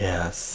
Yes